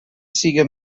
siga